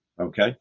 Okay